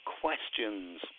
questions